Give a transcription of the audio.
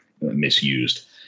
misused